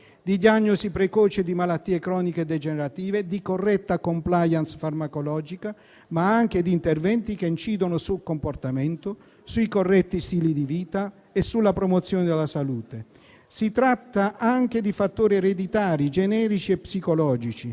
di diagnosi precoce di malattie croniche degenerative, di corretta *compliance* farmacologica, ma anche di interventi che incidono sul comportamento, sui corretti stili di vita e sulla promozione della salute. Si tratta anche di fattori ereditari, genetici e psicologici,